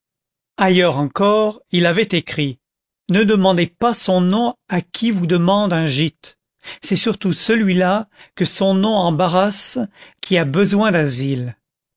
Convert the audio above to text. ailleurs encore il avait écrit ne demandez pas son nom à qui vous demande un gîte c'est surtout celui-là que son nom embarrasse qui a besoin d'asile